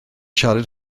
siarad